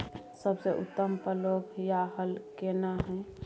सबसे उत्तम पलौघ या हल केना हय?